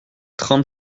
trente